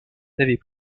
n’avait